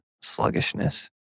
sluggishness